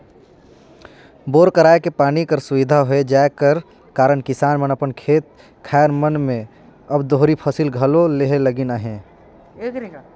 bore करवाए के पानी कर सुबिधा होए जाए कर कारन किसान मन अपन खेत खाएर मन मे अब दोहरी फसिल घलो लेहे लगिन अहे